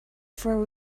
for